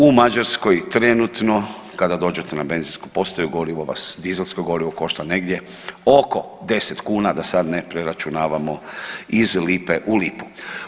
U Mađarskoj trenutno kada dođete na benzinsku postaju gorivo vas, dizelsko gorivo vas košta negdje oko 10 kuna da sad ne preračunavamo iz lipe u lipu.